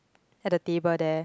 at the table there